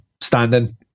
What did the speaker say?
standing